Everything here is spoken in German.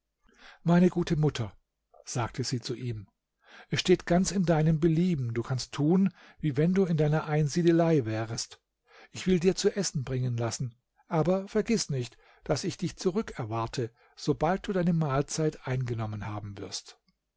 meine gute mutter sagte sie zu ihm es steht ganz in deinem belieben du kannst tun wie wenn du in deiner einsiedelei wärest ich will dir zu essen bringen lassen aber vergiß nicht daß ich dich zurückerwarte sobald du deine mahlzeit eingenommen haben wirst